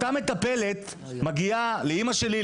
אותה מטפלת מגיעה לאמא שלי,